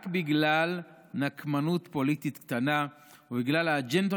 רק בגלל נקמנות פוליטית קטנה ובגלל האג'נדות